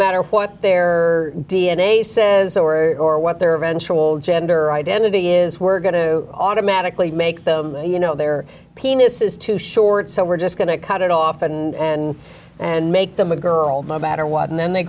matter what their d n a says or or what their eventual gender identity is we're going to automatically make them you know their penis is too short so we're just going to cut it off and and and make them a girl no matter what and then they